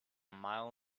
mile